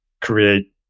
create